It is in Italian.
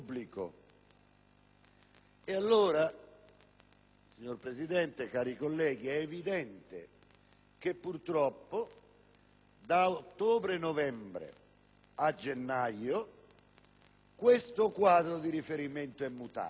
Allora, signor Presidente, cari colleghi, è evidente che - purtroppo - da ottobre-novembre a gennaio questo quadro di riferimento è mutato